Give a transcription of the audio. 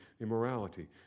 immorality